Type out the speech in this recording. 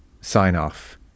sign-off